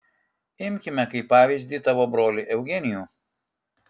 imkime kaip pavyzdį tavo brolį eugenijų